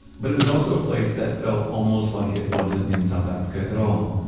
but it was also a place that felt almost like it wasn't in south africa at all.